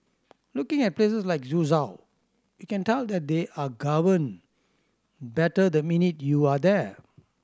looking at places like Suzhou you can tell that they are governed better the minute you are there